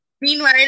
Meanwhile